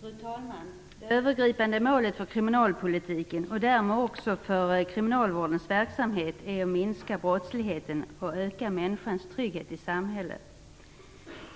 Fru talman! Det övergripande målet för kriminalpolitiken och därmed också för kriminalvårdens verksamhet är att minska brottsligheten och öka människans trygghet i samhället.